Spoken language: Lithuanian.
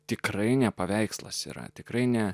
tikrai ne paveikslas yra tikrai ne